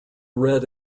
read